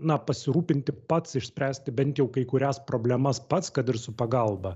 na pasirūpinti pats išspręsti bent jau kai kurias problemas pats kad ir su pagalba